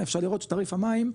אפשר לראות שתעריף המים,